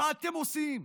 מה אתם עושים?